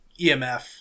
EMF